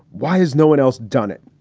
why has no one else done it?